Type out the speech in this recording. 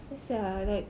ya sia like